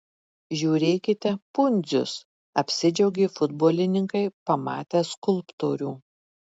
žiūrėkite pundzius apsidžiaugė futbolininkai pamatę skulptorių